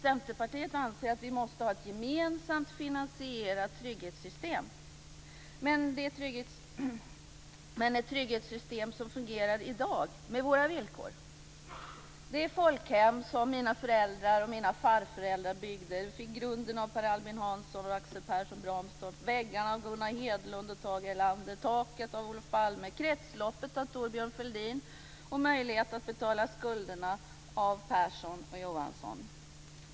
Centerpartiet anser att vi måste ha ett gemensamt finansierat trygghetssystem, ett trygghetssystem som fungerar i dag med våra villkor. Det folkhem som min föräldrar och farföräldrar var med och byggde fick grunden av Per Albin Hansson och Axel Pehrsson Bramstorp, väggarna av Gunnar Hedlund och Tage Erlander, taket av Olof Palme, kretsloppet av Thorbjörn Fälldin och möjligheten att betala skulderna av Persson och Johansson.